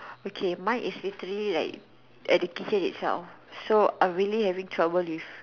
okay mine is literally like education itself so I'm really having trouble with